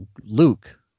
Luke